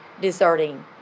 deserting